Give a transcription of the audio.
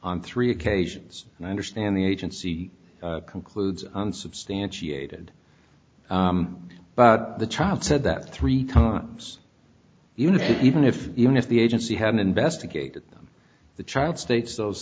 on three occasions and i understand the agency concludes unsubstantiated but the child said that three times even if even if even if the agency had investigated the child states those